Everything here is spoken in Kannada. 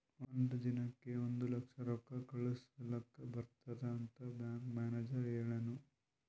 ಒಂದ್ ದಿನಕ್ ಒಂದ್ ಲಕ್ಷ ರೊಕ್ಕಾ ಕಳುಸ್ಲಕ್ ಬರ್ತುದ್ ಅಂತ್ ಬ್ಯಾಂಕ್ ಮ್ಯಾನೇಜರ್ ಹೆಳುನ್